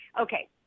Okay